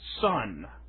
son